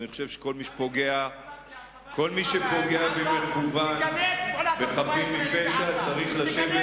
אני חושב שכל מי שפוגע במכוון בחפים מפשע צריך לשבת